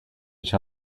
each